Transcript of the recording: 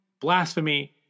blasphemy